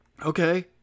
Okay